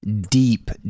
Deep